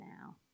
now